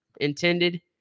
intended